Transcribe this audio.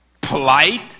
Polite